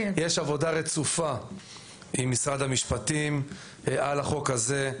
יש עבודה רצופה עם משרד המשפטים על החוק הזה.